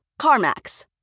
CarMax